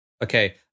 Okay